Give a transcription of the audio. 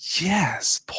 Yes